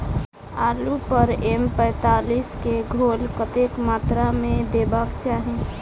आलु पर एम पैंतालीस केँ घोल कतेक मात्रा मे देबाक चाहि?